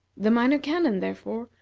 the minor canon, therefore,